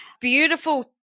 beautiful